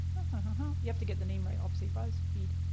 ah you have to get the name right obviously. buzzfeed.